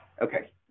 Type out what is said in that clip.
Okay